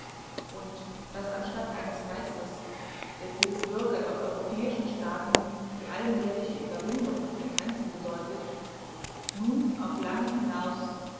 und daß anstatt eines geistes der für die bürger der europäischen staaten die allmähliche überwindung der grenzen bedeutet nun auf lange hinaus